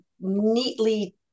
neatly